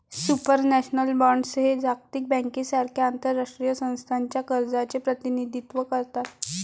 supranational bonds हे जागतिक बँकेसारख्या आंतरराष्ट्रीय संस्थांच्या कर्जाचे प्रतिनिधित्व करतात